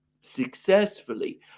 successfully